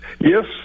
Yes